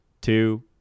two